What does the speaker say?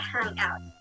Hangout